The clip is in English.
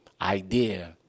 idea